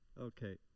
Okay